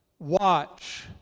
Watch